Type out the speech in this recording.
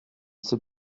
sais